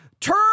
turn